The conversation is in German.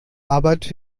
arbeit